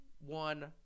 One